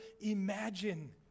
imagine